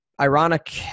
Ironic